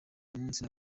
munsi